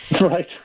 Right